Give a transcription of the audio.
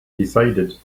decided